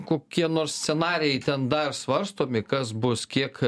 kokie nors scenarijai ten dar svarstomi kas bus kiek